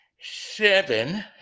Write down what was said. Seven